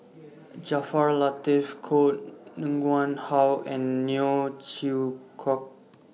Jaafar Latiff Koh Nguang How and Neo Chwee Kok